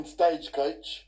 Stagecoach